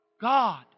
God